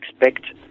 expect